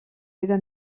dira